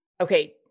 okay